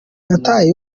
nataye